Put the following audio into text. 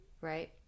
right